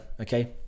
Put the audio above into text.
okay